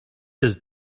his